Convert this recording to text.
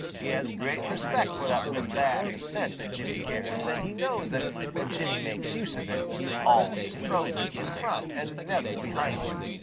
he has great respect for that little bag of scent that jimmy carries, and he knows that when jimmy makes use of it, he always throws it in front and never behind him.